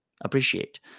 appreciate